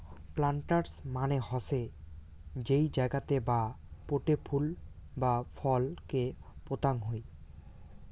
planters মানে হসে যেই জাগাতে বা পোটে ফুল বা ফল কে পোতাং হই